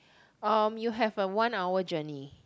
um you have a one hour journey